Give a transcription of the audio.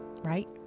right